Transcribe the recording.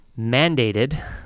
mandated